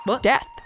Death